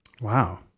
Wow